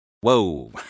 Whoa